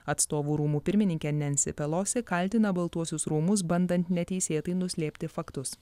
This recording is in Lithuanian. atstovų rūmų pirmininkė nensi pelosi kaltina baltuosius rūmus bandant neteisėtai nuslėpti faktus